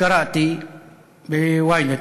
כולנו חשים זעם וכאב.